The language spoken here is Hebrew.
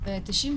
ו-93%,